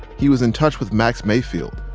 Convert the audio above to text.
he was in touch with max mayfield,